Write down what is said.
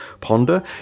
ponder